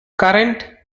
current